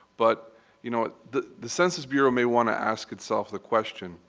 but you know, the the census bureau may want to ask itself the question,